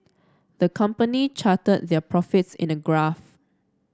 the company charted their profits in a graph